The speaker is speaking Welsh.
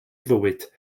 fywyd